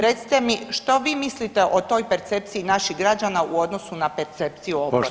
Recite mi, što vi mislite o toj percepciji naših građana u odnosu na percepciju